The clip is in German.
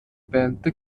band